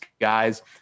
guys